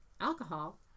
Alcohol